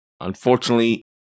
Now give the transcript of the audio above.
Unfortunately